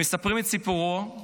מספרים את סיפורו,